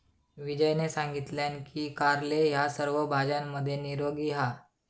विजयने सांगितलान की कारले ह्या सर्व भाज्यांमध्ये निरोगी आहे